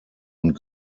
und